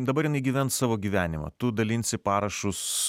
dabar jinai gyvens savo gyvenimą tu dalinsi parašus